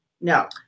No